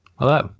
Hello